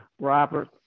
Robert